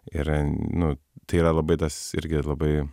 ir nu tai yra labai tas irgi labai